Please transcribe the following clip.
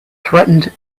threatened